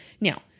Now